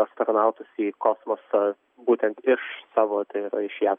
astronautus į kosmosą būtent iš savotai yra iš jav